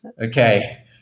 Okay